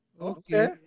okay